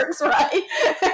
right